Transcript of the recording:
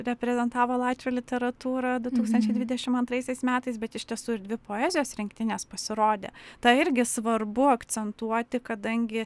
reprezentavo latvių literatūrą du tūkstančiai dvidešim antraisiais metais bet iš tiesų ir dvi poezijos rinktinės pasirodė tą irgi svarbu akcentuoti kadangi